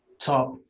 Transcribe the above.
top